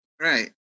Right